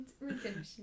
Redemption